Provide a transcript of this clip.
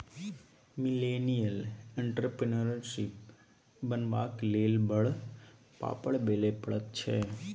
millennial entrepreneurship बनबाक लेल बड़ पापड़ बेलय पड़ैत छै